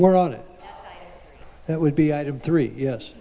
we're on it that would be item three yes